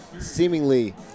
seemingly